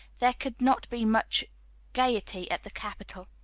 there could not be much gayety at the capital.